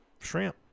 shrimp